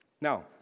Now